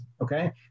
okay